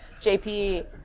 JP